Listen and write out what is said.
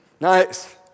Nice